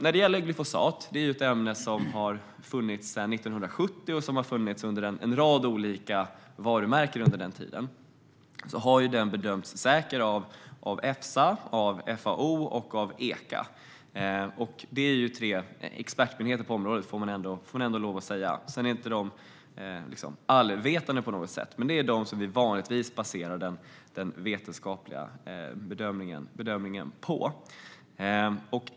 Glyfosat är ett ämne som har funnits sedan 1970 under en rad olika varumärken. Det ämnet har bedömts som säkert av Efsa, av FAO och av Echa. Det är ju ändå tre expertmyndigheter på området. De är inte allvetande på något sätt, men de är de expertmyndigheter som vi vanligtvis baserar den vetenskapliga bedömningen på.